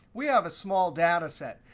we have a small data set.